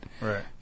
Right